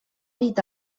dit